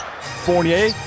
Fournier